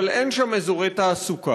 אבל אין שם אזורי תעסוקה.